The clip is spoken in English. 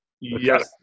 Yes